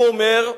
הוא אומר,